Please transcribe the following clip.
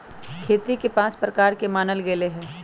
खेती के पाँच प्रकार के मानल गैले है